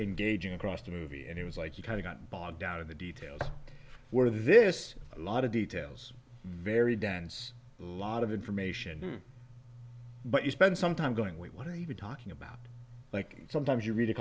engaging across the movie and it was like you kind of got bogged down in the details were this a lot of details very dense lot of information but you spend some time going wait what are you talking about like sometimes you rea